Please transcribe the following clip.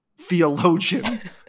theologian